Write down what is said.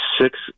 six